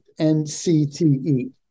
NCTE